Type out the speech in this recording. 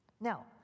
Now